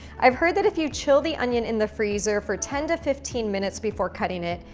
i've heard that if you chill the onion in the freezer for ten to fifteen minutes before cutting it,